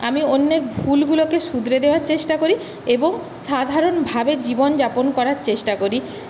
আমি অন্যের ভুলগুলোকে শুধরে দেওয়ার চেষ্টা করি এবং সাধারণভাবে জীবনযাপন করার চেষ্টা করি